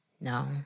No